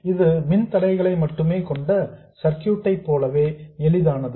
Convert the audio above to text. இது மின்தடைகளை மட்டுமே கொண்ட சர்க்யூட் ஐ போலவே எளிதானது